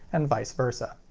and vice versa.